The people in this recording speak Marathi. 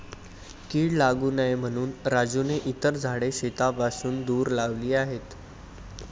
कीड लागू नये म्हणून राजूने इतर झाडे शेतापासून दूर लावली आहेत